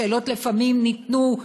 השאלות לפעמים ניתנו,